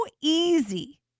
easy